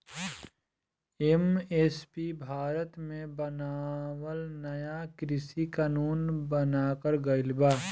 MSP Bharat मे बनावल नाया कृषि कानून बनाकर गइल बा